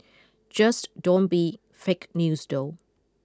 just don't be fake news though